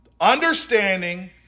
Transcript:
Understanding